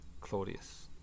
Claudius